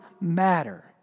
matter